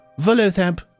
Volothab